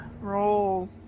roll